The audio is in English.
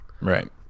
Right